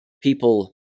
people